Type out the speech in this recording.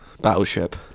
battleship